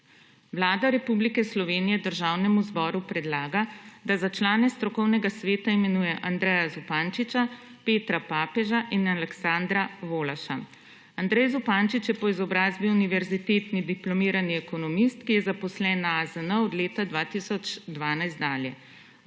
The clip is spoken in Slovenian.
Vlada Republike Slovenije Državnemu zboru predlaga, da za člane strokovnega sveta imenuje Andreja Zupančiča, Petra Papeža in Aleksandra Volaša. Andrej Zupančič je po izobrazbi univerzitetni diplomirani ekonomist, ki je zaposlen na AZN od leta 2012 dalje.